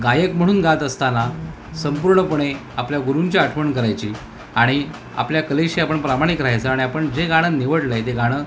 गायक म्हणून गात असताना संपूर्णपणे आपल्या गुरूंची आठवण करायची आणि आपल्या कलेशी आपण प्रामाणिक राहायचं आणि आपण जे गाणं निवडलंय ते गाणं